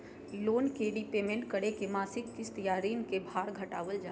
loan के prepayment करके मासिक किस्त या ऋण के भार घटावल जा हय